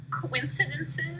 coincidences